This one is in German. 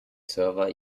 server